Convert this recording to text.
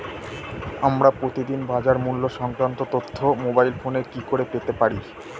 আমরা প্রতিদিন বাজার মূল্য সংক্রান্ত তথ্য মোবাইল ফোনে কি করে পেতে পারি?